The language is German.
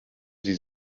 sie